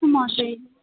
अस्तु महोदय